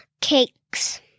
cakes